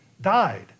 died